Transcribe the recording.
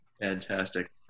Fantastic